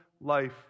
life